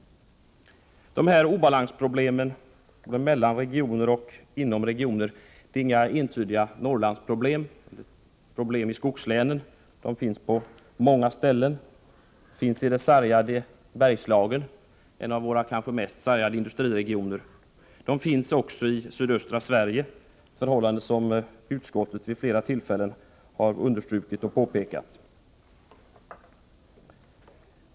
De här obalansproblemen mellan regioner och inom regioner är inga entydiga Norrlandsproblem eller problem i skogslänen. De finns på många ställen. Problemen finns i Bergslagen, en av våra kanske mest sargade industriregioner. De finns också i sydöstra Sverige, ett förhållande som utskottet vid flera tillfällen har påpekat.